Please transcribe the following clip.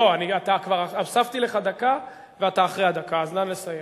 לא, הוספתי לך דקה, ואתה אחרי הדקה, אז נא לסיים.